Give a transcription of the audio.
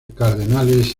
cardenales